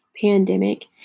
pandemic